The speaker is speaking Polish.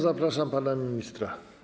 Zapraszam pana ministra.